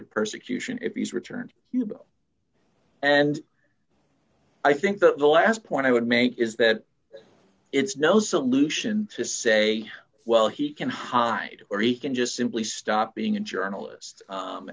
of persecution if he's returned and i think that the last point i would make is that it's no solution to say well he can hide or he can just simply stop being a journalist